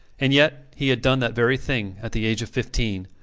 and yet he had done that very thing at the age of fifteen.